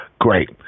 great